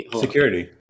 Security